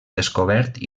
descobert